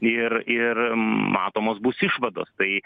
ir ir matomos bus išvados tai